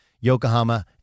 Yokohama